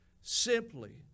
simply